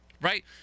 right